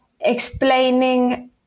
explaining